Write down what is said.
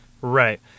Right